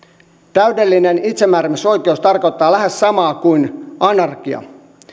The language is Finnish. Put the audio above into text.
täydellinen itsemääräämisoikeus tarkoittaa lähes samaa kuin anarkia